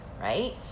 right